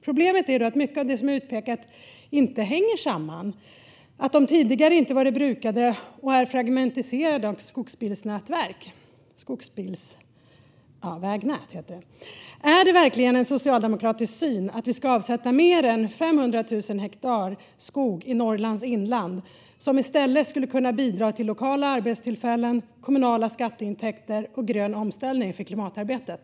Problemet är att mycket av det som utpekats inte hänger samman. Det är områden som tidigare inte varit brukade och som är fragmentiserade av skogsbilsvägnät. Är det verkligen en socialdemokratisk syn att vi ska avsätta mer än 500 000 hektar skog i Norrlands inland, som i stället skulle kunna bidra till lokala arbetstillfällen, kommunala skatteintäkter och grön omställning, för klimatarbetet?